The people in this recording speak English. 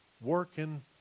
working